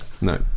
No